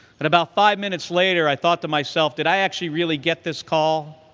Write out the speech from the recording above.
and about five minutes later, i thought to myself, did i actually really get this call?